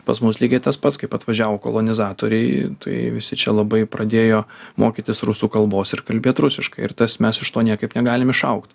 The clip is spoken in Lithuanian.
pas mus lygiai tas pats kaip atvažiavo kolonizatoriai tai visi čia labai pradėjo mokytis rusų kalbos ir kalbėt rusiškai ir tas mes iš to niekaip negalim išaugt